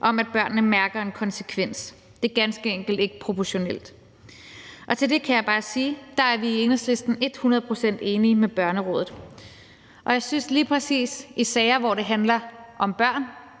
om, at børnene mærker en konsekvens. Det er ganske enkelt ikke proportionelt.« Og til det kan jeg bare sige, at vi i Enhedslisten er et hundrede procent enige med Børnerådet. Jeg synes, at lige præcis i sager, hvor det handler om børn,